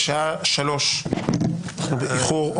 הישיבה ננעלה בשעה 14:55.